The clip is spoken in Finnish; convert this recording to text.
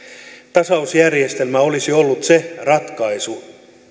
tasausjärjestelmä olisi ollut se ratkaisu